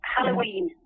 Halloween